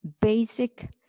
basic